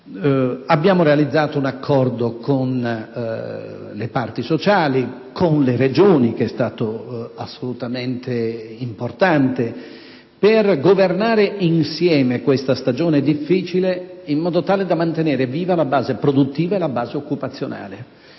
Abbiamo realizzato un accordo con le parti sociali e con le Regioni, assolutamente importante per governare insieme questa stagione difficile, in modo tale da mantenere viva la base produttiva e occupazionale.